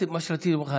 מה שרציתי להגיד לך,